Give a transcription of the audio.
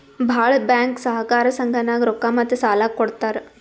ಭಾಳ್ ಬ್ಯಾಂಕ್ ಸಹಕಾರ ಸಂಘನಾಗ್ ರೊಕ್ಕಾ ಮತ್ತ ಸಾಲಾ ಕೊಡ್ತಾರ್